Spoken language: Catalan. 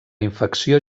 infecció